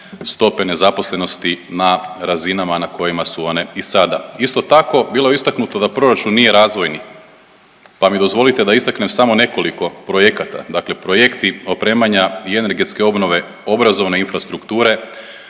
stope nezaposlenosti na razinama na kojima su one i sada. Isto tako, bilo je istaknuto da proračun nije razvojni, pa mi dozvolite da istaknem samo nekoliko projekata. Dakle, projekti opremanja i energetske obnove obrazovne infrastrukture